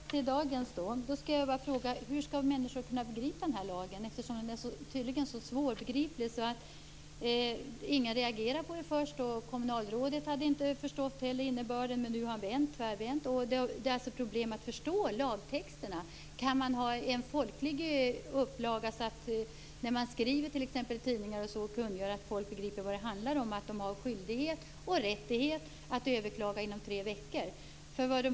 Fru talman! Då får vi hålla oss till dagens ärende. Jag vill bara fråga: Hur skall människor kunna begripa den här lagen, eftersom den tydligen är så svårbegriplig att ingen först reagerade? Kommunalrådet hade inte heller förstått innebörden, men nu har han tvärvänt. Det är alltså problem med att förstå lagtexterna. Kan man ha en folklig upplaga, så att detta kungörs i tidningarna på ett sådant sätt att folk begriper vad det handlar om, dvs. att de har skyldighet och rättighet att överklaga inom tre veckor?